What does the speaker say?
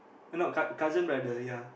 no cut cousin brother ya